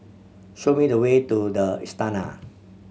show me the way to The Istana